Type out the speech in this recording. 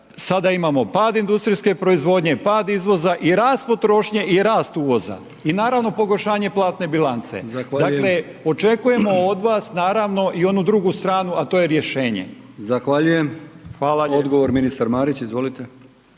sada imamo pad industrijske proizvodnje, pad izvoza i rast potrošnje i rast uvoza i naravno pogoršanje platne bilance. …/Upadica: Zahvaljujem/…Dakle, očekujemo od vas naravno i onu drugu stranu, a to je rješenje. …/Upadica: Zahvaljujem/…Hvala. **Brkić, Milijan